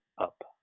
up